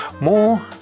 more